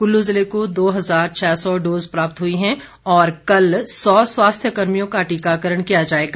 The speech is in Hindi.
कुल्लू जिले को दो हजार छः सौ डोज प्राप्त हुई हैं और कल सौ स्वास्थ्य कर्मियों का टीकाकरण किया जाएगा